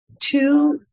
two